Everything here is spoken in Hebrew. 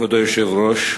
כבוד היושב-ראש,